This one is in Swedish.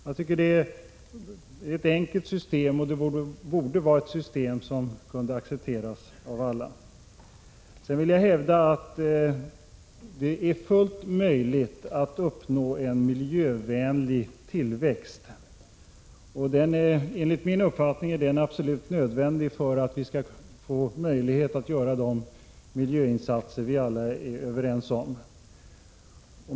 Jag tycker det är ett enkelt system och borde kunna accepteras av alla. Sedan vill jag hävda att det är fullt möjligt att uppnå en miljövänlig tillväxt. Det är enligt min uppfattning absolut nödvändigt för att vi skall kunna få möjlighet att göra de miljöinsatser vi alla är överens om.